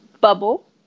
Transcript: bubble